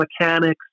mechanics